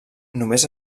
només